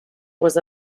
was